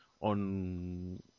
on